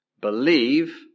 believe